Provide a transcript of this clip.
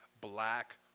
Black